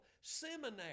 seminary